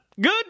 good